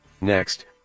Next